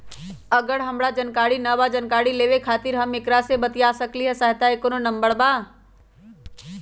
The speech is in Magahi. एकर हमरा जानकारी न बा जानकारी लेवे के खातिर हम केकरा से बातिया सकली ह सहायता के कोनो नंबर बा?